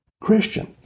Christian